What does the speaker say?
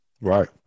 Right